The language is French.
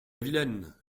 vilaine